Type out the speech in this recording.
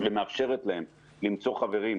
והיא מאפשרת להם למצוא חברים.